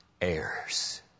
heirs